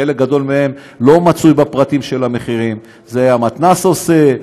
חלק גדול מהם לא מצוי בפרטים של המחירים: זה המתנ"ס עושה,